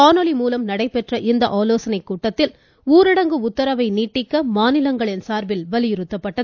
காணொலி மூலம் நடைபெற்ற இந்த ஆலோசனைக் கூட்டத்தில் ஊரடங்கு உத்தரவை நீட்டிக்க மாநிலங்களின் சார்பில் வலியுறுத்தப்பட்டது